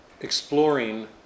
exploring